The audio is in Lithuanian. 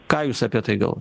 ką jūs apie tai gal